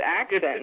accent